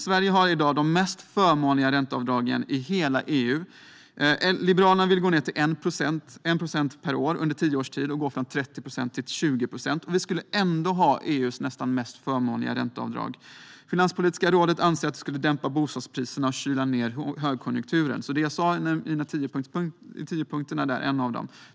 Sverige har i dag de mest förmånliga ränteavdragen i hela EU. Liberalerna vill minska dem med 1 procent per år under tio års tid och gå från 30 procent till 20 procent. Vi skulle då ändå nästan ha EU:s mest förmånliga ränteavdrag. Finanspolitiska rådet anser att detta skulle dämpa bostadspriserna och kyla ned högkonjunkturen. Jag tog upp detta under en av mina tio punkter.